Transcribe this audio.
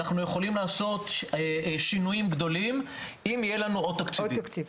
אנחנו יכולים לעשות שינויים גדולים אם יהיה לנו עוד תקציבים.